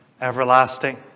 everlasting